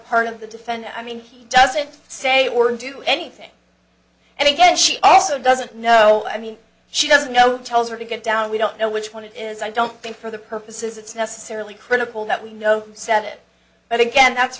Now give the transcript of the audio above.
part of the defendant i mean he doesn't say or do anything and again she also doesn't know i mean she doesn't know tells her to get down we don't know which one it is i don't think for the purposes it's necessarily critical that we know set it but again that's